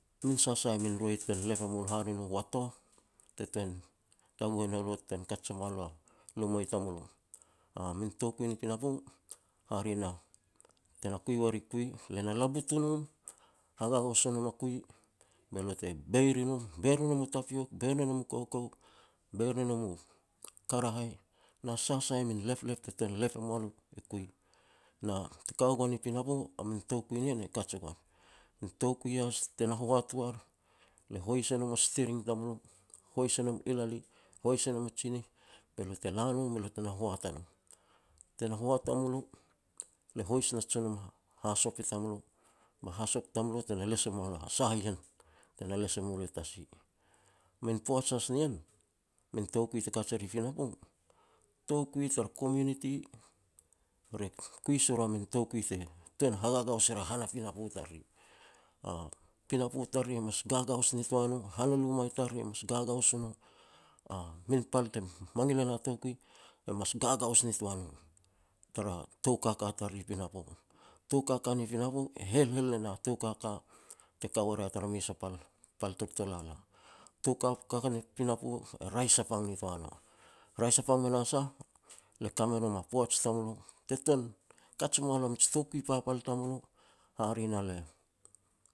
min sa sai min roi te na lep e mulo, hare no watoh te tuan taguh e nou elo, ten kaj se moa lo a luma i tamulo. A min toukui ni pinapo, hare na, tena kui ua ri kui, le na labut u nom, hagagaos e nom a kui, be lo te beir i nom, beir ne nom u tapiok, beir ne nom u koukou, beir ne nom u karahai, na sa sai min leplep te tuan lep moa lo i kui. Na te ka wa goan i pinapo, a min tou kui ni ien e kaj e goan. Min toukiu has tena hoat war, le hois e nom a sitiring tamulo, hois e nom ilali, hois e nom u tsinih be lo t ela nom, be lo tena hoat a nom. Tena hoat wa mulo, le hois not se nom a hasop i tamulo ba hasop tamulo tena les moa lo a sah a ien, tena les moa lo i tasi. Min poaj has ni ien, min toukui te kaj ri pinapo, toukui tara community, re kui se ru a min toukui te tuan ni hagagaos e ria a pinapo tariri. Pinapo tariri mas gagaos ni toa no, han u luma tariri mas gagaos nitoa no, tara tou kaka tariri pinapo. Tou kaka ni pinapo e helhel ne na tou kaka te ka wa ria tara mes a pal, pal tur tolala. Tou kaka ni pinapo e raeh sapang nitoa no. Raeh spang me na sah, le ka me nom a poaj tamulo te tuan kaj moa lo mij toukui papal tamulo hare na le